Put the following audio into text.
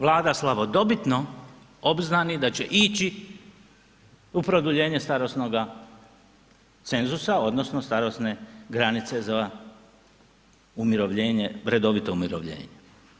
Vlada slavodobitno obznani da će ići u produljenje starosnoga cenzusa odnosno starosne granice za umirovljenje, redovito umirovljenje.